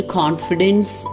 confidence